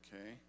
Okay